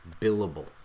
billable